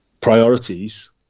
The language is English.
priorities